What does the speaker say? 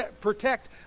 protect